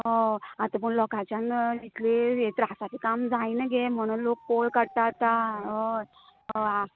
हय आतां पूण लोकांच्यान इतले त्रासाचें काम जायना गे म्हूण लोक कोल काडटात आतां हय हय